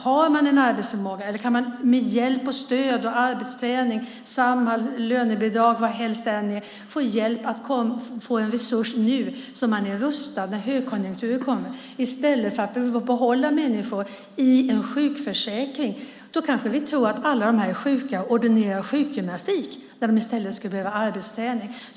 Har man en arbetsförmåga eller kan man med hjälp, stöd, arbetsträning, Samhall, lönebidrag eller vad helst det än är få en resurs nu så att man är rustad när högkonjunkturen kommer är det bättre än att behålla människor i en sjukförsäkring. Då kanske vi tror att alla de här är sjuka och ordinerar sjukgymnastik när de i stället skulle behöva arbetsträning.